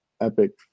epic